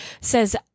says